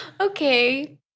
Okay